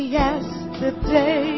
yesterday